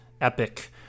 epic